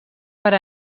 per